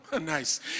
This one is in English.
Nice